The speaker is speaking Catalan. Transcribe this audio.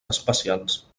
espacials